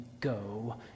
go